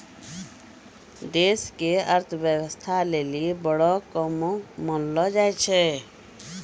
देश के अर्थव्यवस्था लेली धन के बड़ो काम मानलो जाय छै